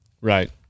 right